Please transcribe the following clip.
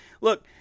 look